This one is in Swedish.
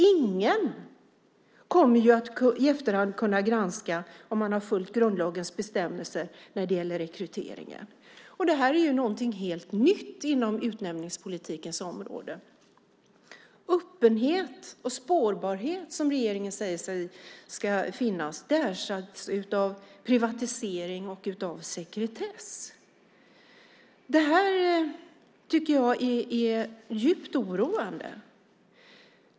Ingen kommer i efterhand att kunna granska om man har följt grundlagens bestämmelser när det gäller rekryteringen. Detta är någonting helt nytt inom utnämningspolitikens område. Öppenhet och spårbarhet som regeringen säger ska finnas ersätts av privatisering och sekretess. Detta tycker jag är djupt oroande.